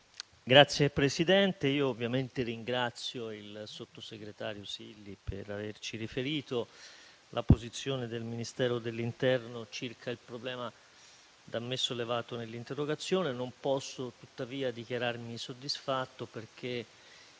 Signor Presidente, ovviamente ringrazio il sottosegretario Silli per averci riferito la posizione del Ministero dell'interno circa il problema da me sollevato nell'interrogazione. Non posso tuttavia dichiararmi soddisfatto perché